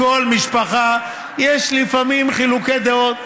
בכל משפחה יש לפעמים חילוקי דעות.